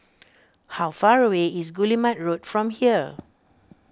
how far away is Guillemard Road from here